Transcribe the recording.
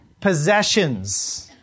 Possessions